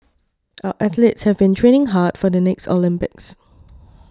our athletes have been training hard for the next Olympics